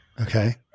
Okay